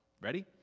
Ready